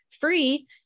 free